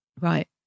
Right